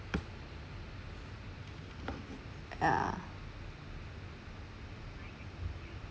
uh